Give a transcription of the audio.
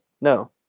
No